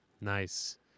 Nice